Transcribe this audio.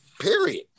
period